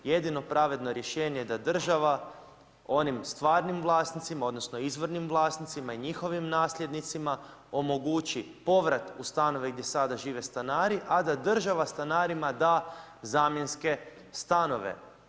Jedino pravedno rješenje da država onim stvarnim vlasnicima odnosno izvornim vlasnicima i njihovim nasljednicima omogući povrat u stanove gdje sada žive stanari, a da država stanarima da zamjenske stanove.